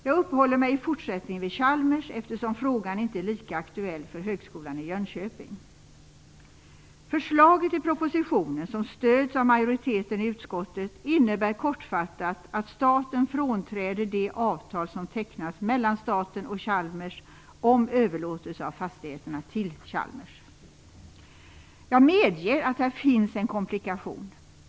Jag uppehåller mig i fortsättningen vid Chalmers, eftersom frågan inte är lika aktuell för Högskolan i Förslaget i propositionen, som stöds av majoriteten i utskottet, innebär kortfattat att staten frånträder det avtal som tecknats mellan staten och Chalmers om överlåtelse av fastigheterna till Chalmers. Jag medger att här finns en komplikation.